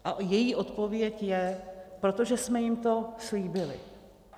A její odpověď je, protože jsme jim to slíbili.